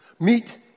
Meet